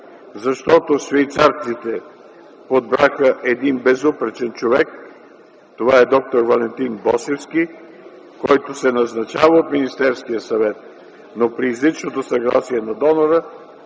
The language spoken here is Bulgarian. защото швейцарците подбраха един безупречен човек – това е д-р Валентин Босевски, който се назначава от Министерски съвет, но при изричното съгласие на донора.